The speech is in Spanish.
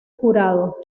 curado